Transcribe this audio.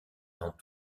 dans